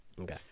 Okay